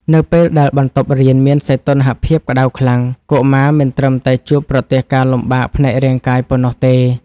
នៅពេលដែលបន្ទប់រៀនមានសីតុណ្ហភាពក្តៅខ្លាំង កុមារមិនត្រឹមតែជួបប្រទះការលំបាកផ្នែករាងកាយប៉ុណ្ណោះទេ។